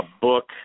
book